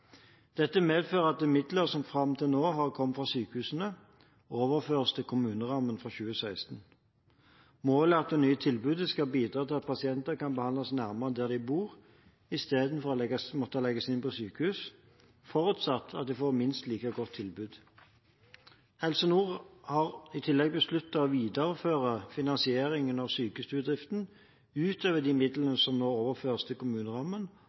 Dette medfører at midler som fram til nå har kommet fra sykehusene, overføres til kommunerammen fra 2016. Målet er at det nye tilbudet skal bidra til at pasienter kan behandles nærmere der de bor, istedenfor å måtte legges inn på sykehus, forutsatt at de får et minst like godt tilbud. Helse Nord har i tillegg besluttet å videreføre finansieringen av sykestuedriften utover de midlene som nå overføres kommunerammen, også for 2016. De økonomiske rammene for helsetilbudet til